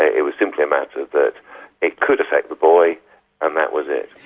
ah it was simply a matter that it could affect the boy and that was it.